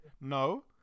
No